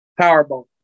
Powerball